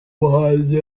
muhanzi